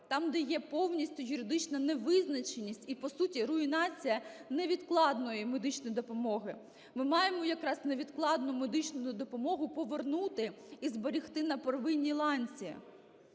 там, де є повністю юридична невизначеність і, по суті, руйнація невідкладної медичної допомоги, ми маємо якраз невідкладну медичну допомогу повернути і зберегти на первинній ланці.